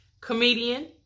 Comedian